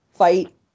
fight